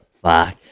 Fuck